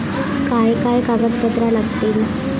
काय काय कागदपत्रा लागतील?